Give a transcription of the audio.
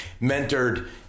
mentored